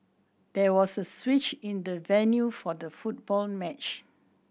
there was a switch in the venue for the football match